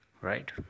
Right